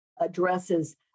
addresses